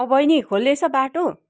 औ बहिनी खोलिएछ बाटो